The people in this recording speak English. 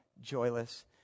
joyless